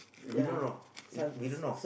we don't know we we don't know